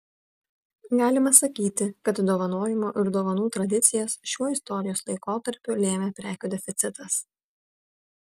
galima sakyti kad dovanojimo ir dovanų tradicijas šiuo istorijos laikotarpiu lėmė prekių deficitas